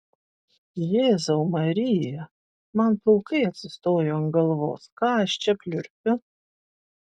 jėzau marija man plaukai atsistojo ant galvos ką aš čia pliurpiu